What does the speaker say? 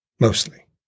Mostly